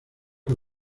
que